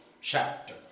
chapter